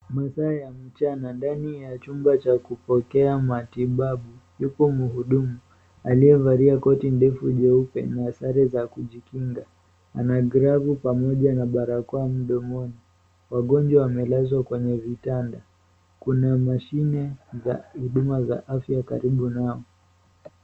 Masaa ya mchana. Ndani ya chumba cha kupokea matibabu. Yupo muhudumu, aliyevalia koti ndefu jeupe na sare za kujikinga. Ana glavu pamoja na barakoa mdomoni. Wagonjwa wamelazwa kwenye vitanda. Kuna mashine za huduma za afya karibu nao.